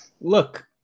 look